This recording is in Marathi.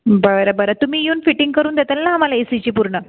बरं बरं तुम्ही येऊन फिटिंग करून देताल ना आम्हाला ए सीची पूर्ण